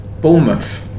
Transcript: Bournemouth